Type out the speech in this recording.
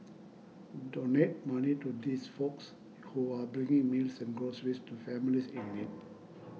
donate money to these folks who are bringing meals and groceries to families in need